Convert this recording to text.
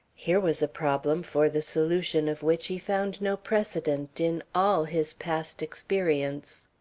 here was a problem for the solution of which he found no precedent in all his past experience.